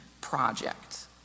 project